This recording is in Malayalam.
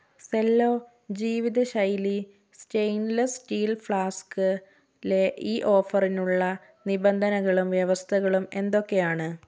സെല്ലോ ജീവിത ശൈലി സ്റ്റെയിൻലെസ്സ് സ്റ്റീൽ ഫ്ലാസ്കിലെ ഈ ഓഫറിനുള്ള നിബന്ധനകളും വ്യവസ്ഥകളും എന്തൊക്കെയാണ്